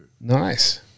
Nice